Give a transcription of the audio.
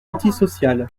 antisociale